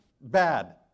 bad